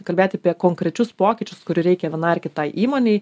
kalbėt apie konkrečius pokyčius kurių reikia vienai ar kitai įmonei